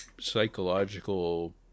psychological